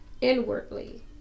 inwardly